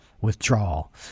withdrawal